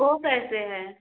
वह कैसे है